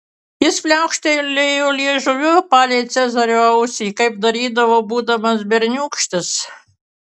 jis pliaukštelėjo liežuviu palei cezario ausį kaip darydavo būdamas berniūkštis